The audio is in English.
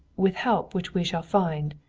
with help which we shall find.